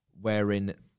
wherein